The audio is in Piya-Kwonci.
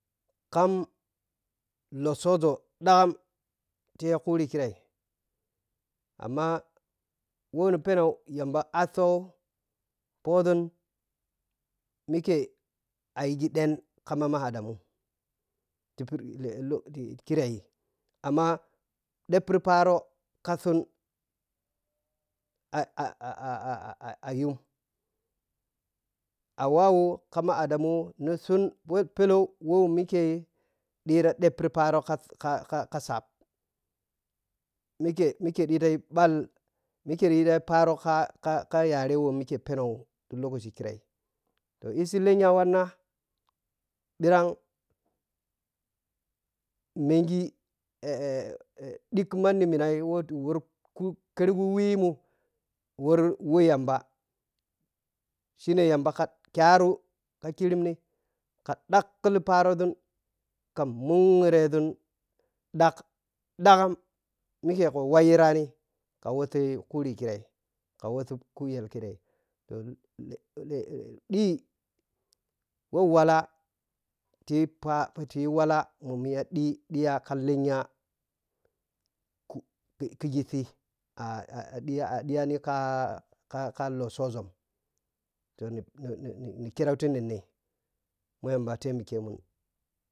Kham lotsooȝo ɗagham tiya kuhri kirei amma wo ni pheno yamba asso phɔȝun mikye a yighi ɗen kama ma adamu ophi kirei amma ɗhipripharo ka sun a-a-a-a-a-a- yhun haowawu kamama adamu ni su wɛ phɛɛ low wɛ mikye ɗhira ɗhepripharo kasu kaka ka saap mikye mikye te yi phal. Mikye ri ɗhi tiya pharo kaka yare wo mikye pheni kire toh issi lnya wanna phirang mengi ɗhiga manni minai wo ti wotu wor ku kerghu wɛ mu wor wo yamba shin yamba ka kyaru ka kirimni ka ɗaklipharoȝun ka mun ghoreȝun ɗhag ɗhagam mikyeku waiyirani ka wuȝi khuri khirei kawusi kujel oh le-le-le ɗhi wo walla ti phati walla mo miya ɗhi ɗhiya a ɗhiyanikaka lotsooȝun toh nini ni khero ni nennei ma yamba temikyeman,